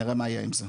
נראה מה יהיה עם זה,